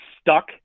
stuck